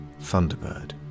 Thunderbird